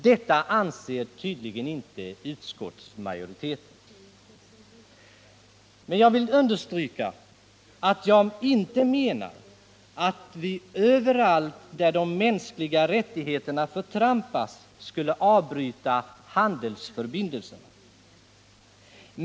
Detta anser tydligen inte utskottsmajoriteten. Jag vill understryka att jag inte menar att vi överallt där mänskliga rättigheter förtrampas skall avbryta handelsförbindelserna.